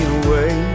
away